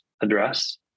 address